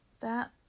That